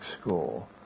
school